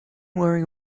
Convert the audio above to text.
wearing